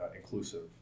inclusive